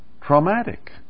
traumatic